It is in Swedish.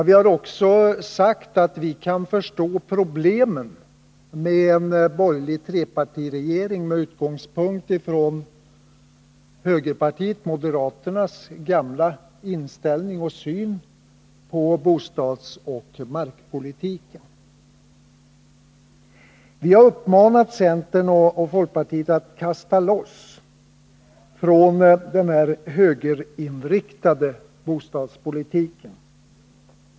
Vi har också sagt att vi kan förstå problemen med en borgerlig trepartiregering med utgångspunkt i högerpartiet moderaternas gamla inställning till och syn på bostadsoch markpolitiken. Vi har uppmanat centern och folkpartiet att kasta loss från den högerinriktade bostadspolitiken.